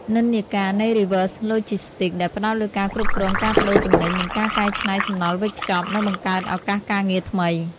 និន្នាការនៃ Reverse Logistics ដែលផ្តោតលើការគ្រប់គ្រងការប្តូរទំនិញ និងការកែច្នៃសំណល់វេចខ្ចប់ នឹងបង្កើតឱកាសការងារថ្មី។